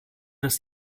das